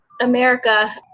America